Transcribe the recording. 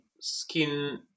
skin